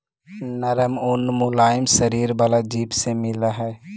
नरम ऊन मुलायम शरीर वाला जीव से मिलऽ हई